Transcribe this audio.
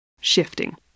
shifting